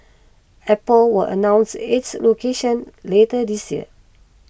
Apple will announce its location later this year